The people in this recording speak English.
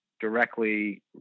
directly